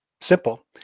simple